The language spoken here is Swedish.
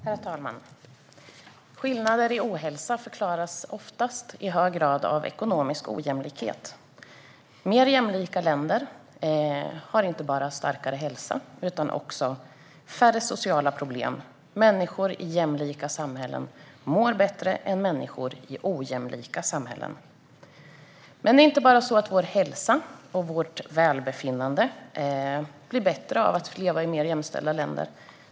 Herr talman! Skillnader i ohälsa förklaras oftast i hög grad med ekonomisk ojämlikhet. Mer jämlika länder har inte bara bättre hälsa utan också färre sociala problem. Människor i jämlika samhällen mår bättre än människor i ojämlika samhällen. Men det är inte bara vår hälsa som blir bättre och vårt välbefinnande som blir större av att vi lever i mer jämställda länder.